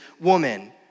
woman